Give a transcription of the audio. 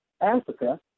Africa